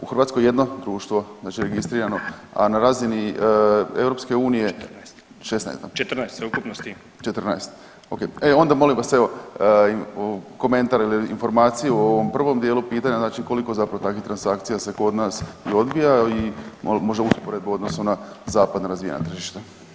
U Hrvatskoj je jedno društvo, znači registrirano, a na razini EU, ... [[Upadica se ne čuje.]] 16, [[Upadica: 14 sveukupno s tim.]] 14, okej, e onda molim vas evo, komentar ili informaciju o ovom prvom dijelu pitanja, znači koliko zapravo takvih transakcija se kod nas odvija i možda usporedbu u odnosu na zapadna razvijena tržišta.